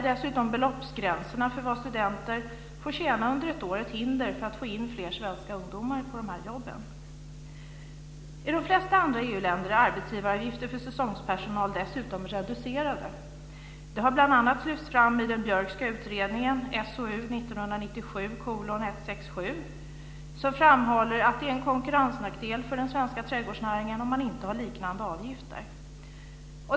Dessutom är beloppsgränserna för vad studenter får tjäna under ett år ett hinder för att få in fler svenska ungdomar på de här jobben. I de flesta andra EU-länder är arbetsgivaravgifterna för säsongspersonal dessutom reducerade. Det har bl.a. lyfts fram i den Björkska utredningen, SOU 1997:167, som framhåller att det är en konkurrensnackdel för den svenska trädgårdsnäringen om man inte har liknande avgifter.